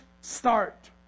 start